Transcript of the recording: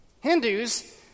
Hindus